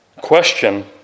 question